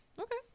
Okay